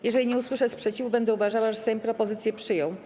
Jeżeli nie usłyszę sprzeciwu, będę uważała, że Sejm propozycje przyjął.